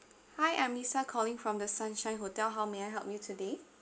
hi I'm lisa calling from the sunshine hotel how may I help you today